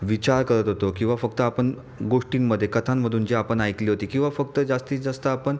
विचार करत होतो किंवा फक्त आपण गोष्टींमध्ये कथांमधून जे आपण ऐकली होती किंवा फक्त जास्तीत जास्त आपण